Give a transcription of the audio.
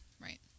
Right